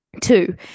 Two